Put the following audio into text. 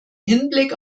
hinblick